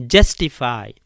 Justify